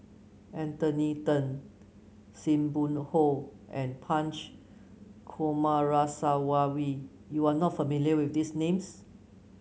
Anthony Then Sim Hoo and Punch Coomaraswamy you are not familiar with these names